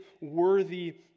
worthy